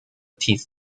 teeth